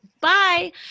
Bye